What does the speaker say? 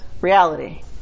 reality